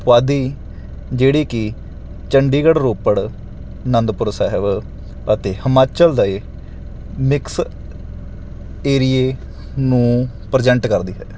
ਪੁਆਧੀ ਜਿਹੜੀ ਕਿ ਚੰਡੀਗੜ੍ਹ ਰੋਪੜ ਅਨੰਦਪੁਰ ਸਾਹਿਬ ਅਤੇ ਹਿਮਾਚਲ ਦੇ ਮਿਕਸ ਏਰੀਏ ਨੂੰ ਪਰਜੈਂਟ ਕਰਦੀ ਹੈ